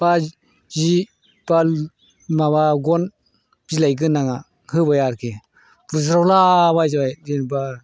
बा सि बा माबा गन बिलाइ गोनाङा होबाय आरोकि बुज्र'लाबायजाबाय जेनेबा